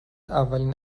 اولین